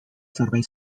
servei